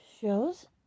shows